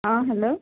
हाँ हेलो